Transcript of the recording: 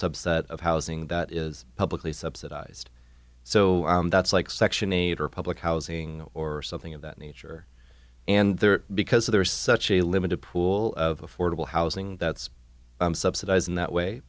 subset of housing that is publicly subsidized so that's like section eight or public housing or something of that nature and there are because there is such a limited pool of affordable housing that's subsidized in that way